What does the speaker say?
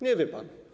Nie wie pan.